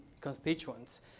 constituents